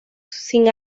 sin